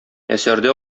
әсәрдә